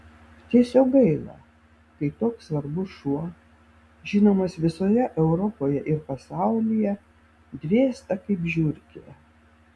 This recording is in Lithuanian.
tiesiog gaila kai toks svarbus šuo žinomas visoje europoje ir pasaulyje dvėsta kaip žiurkė